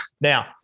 Now